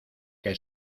que